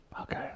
okay